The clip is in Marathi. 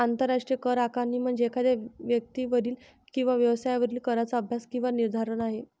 आंतरराष्ट्रीय करआकारणी म्हणजे एखाद्या व्यक्तीवरील किंवा व्यवसायावरील कराचा अभ्यास किंवा निर्धारण आहे